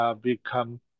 become